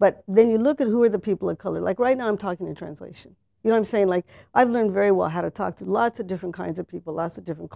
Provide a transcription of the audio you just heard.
but then you look at who are the people of color like right now i'm talking in translation you know i'm saying like i've learned very well how to talk to lots of different kinds of people lots of different